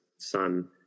Son